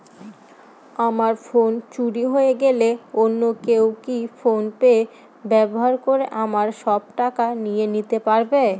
আমার ফোন চুরি হয়ে গেলে অন্য কেউ কি ফোন পে ব্যবহার করে আমার সব টাকা নিয়ে নিতে পারবে?